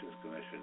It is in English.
Commission